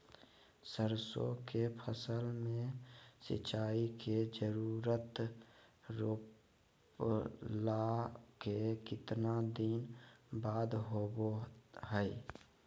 सरसों के फसल में सिंचाई के जरूरत रोपला के कितना दिन बाद होबो हय?